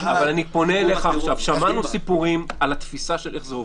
שמענו סיפורים על התפיסה של איך זה עובד.